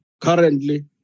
Currently